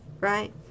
right